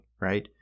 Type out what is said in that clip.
right